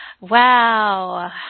Wow